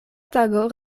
tago